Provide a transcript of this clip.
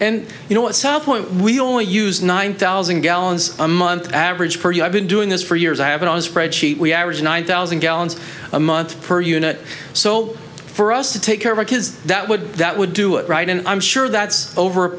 and you know what south when we only use nine thousand gallons a month average per year i've been doing this for years i have it on a spreadsheet we average one thousand gallons a month per unit so for us to take care of our kids that would that would do it right and i'm sure that's over